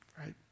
right